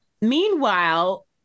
Meanwhile